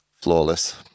Flawless